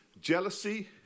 jealousy